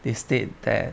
they state that